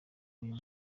uyu